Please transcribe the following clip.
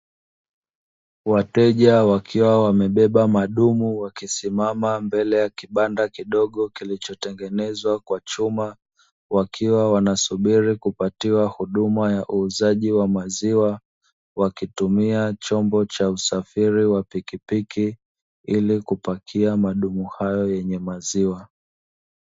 Wateja wakiwa wamebeba madumu wakisimama mbele ya kibanda kidogo kilichotengenezwa kwa chuma, wakiwa wanasubiri kupatiwa huduma ya uuzaji wa maziwa, wakitumia chombo cha usafiri wa pikipiki, ili kupakia madumu hayo yenye maziwa.